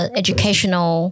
educational